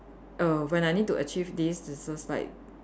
err when I need to achieve this it's just like